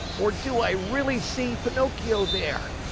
or do i really see pinocchio there?